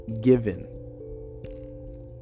given